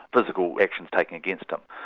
physical actions taken against him.